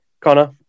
Connor